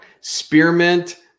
Spearmint